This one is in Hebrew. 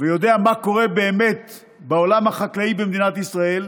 ויודע מה קורה באמת בעולם החקלאי במדינת ישראל,